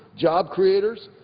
job creators,